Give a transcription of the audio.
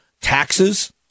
taxes